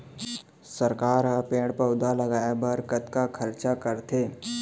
सरकार ह पेड़ पउधा लगाय बर कतका खरचा करथे